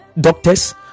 doctors